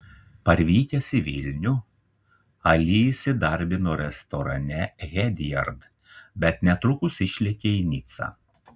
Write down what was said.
parvykęs į vilnių ali įsidarbino restorane hediard bet netrukus išlėkė į nicą